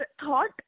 thought